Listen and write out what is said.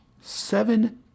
seven